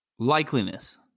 Likeliness